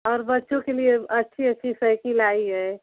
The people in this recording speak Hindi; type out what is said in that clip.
और बच्चों के लिए अच्छी अच्छी सइकिल आई है